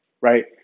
right